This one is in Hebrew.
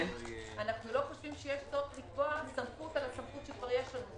אנו לא חושבים שיש צורך לקבוע סמכות על הסמכות שכבר יש לנו.